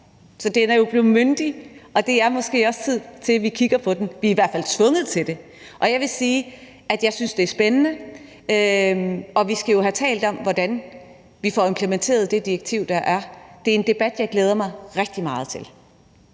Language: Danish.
så den er jo blevet myndig, og det er måske også tid til, at vi kigger på den. Vi er i hvert fald tvunget til det, og jeg vil sige, at jeg synes, det er spændende, og vi skal jo have talt om, hvordan vi får implementeret det direktiv, der er. Det er en debat, jeg glæder mig rigtig meget til.